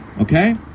okay